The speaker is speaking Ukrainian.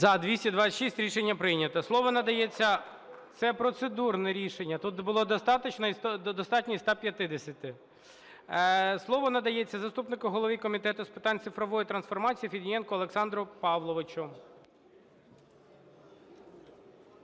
За-226 Рішення прийнято. Слово надається.... Це процедурне рішення, тут було достатньо і 150. Слово надається заступнику голови Комітету з питань цифрової трансформації Федієнку Олександру Павловичу.